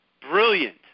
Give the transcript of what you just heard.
brilliant